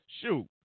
Shoot